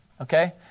okay